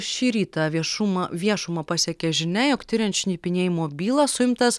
šį rytą viešumą viešumą pasiekė žinia jog tiriant šnipinėjimo bylą suimtas